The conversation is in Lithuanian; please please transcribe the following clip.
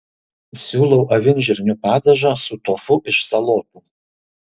siūlau avinžirnių padažą su tofu iš salotų